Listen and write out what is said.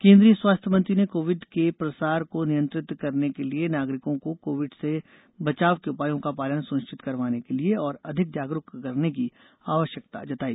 केन्द्रीय स्वास्थ्य मंत्री ने कोविड के प्रसार को नियंत्रित करने के लिये नागरिकों को कोविड से बचाव के उपायों का पालन सुनिश्चित करवाने के लिये और अधिक जागरूक करने की आवश्यकता जताई